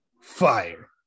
fire